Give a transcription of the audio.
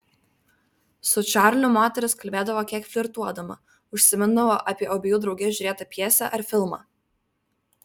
su čarliu moteris kalbėdavo kiek flirtuodama užsimindavo apie abiejų drauge žiūrėtą pjesę ar filmą